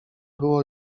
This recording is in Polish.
było